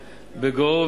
בגו,